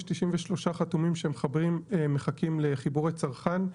יש 93 חתומים שמחברים מחכים לחיבורי צרכן.